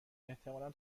احتمالا